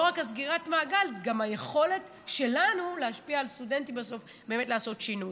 לא רק סגירת המעגל אלא גם היכולת שלנו להשפיע על סטודנטים לעשות שינוי.